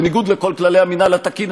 בניגוד לכל כללי המינהל התקין,